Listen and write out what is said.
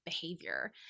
behavior